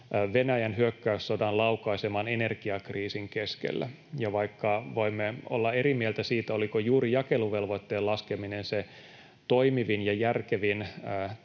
Venäjän hyökkäyssodan laukaiseman energiakriisin keskellä. Ja vaikka voimme olla eri mieltä siitä, oliko juuri jakeluvelvoitteen laskeminen se toimivin ja järkevin